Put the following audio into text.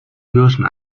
lyrischen